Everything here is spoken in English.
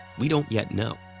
we don't yet know,